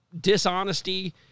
dishonesty